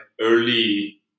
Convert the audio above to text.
early